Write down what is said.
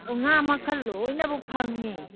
ꯉꯥ ꯃꯈꯟ ꯂꯣꯏꯅꯃꯛ ꯐꯪꯅꯤ